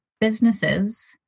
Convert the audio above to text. businesses